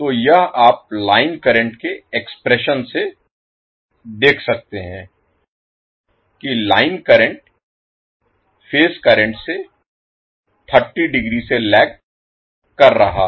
तो यह आप लाइन करंट के एक्सप्रेशन से देख सकते हैं कि लाइन करंट फेज करंट से 30 डिग्री से लैग कर रहा है